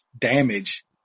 damage